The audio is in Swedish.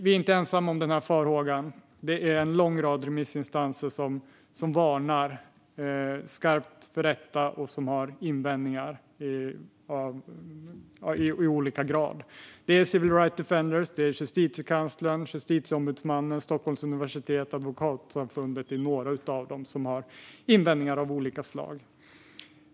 Vi är inte ensamma om denna farhåga, utan en lång rad remissinstanser varnar skarpt för detta och har invändningar. Civil Rights Defenders, Justitiekanslern, Justitieombudsmannen, Stockholms universitet och Advokatsamfundet är några som har invändningar av olika slag.